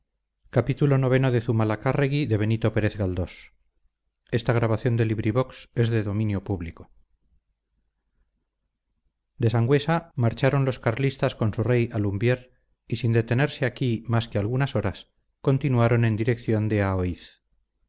de sangüesa marcharon los carlistas con su rey a lumbier y sin detenerse aquí más que algunas horas continuaron en dirección de aoiz